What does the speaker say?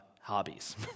hobbies